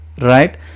right